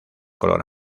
color